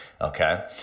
Okay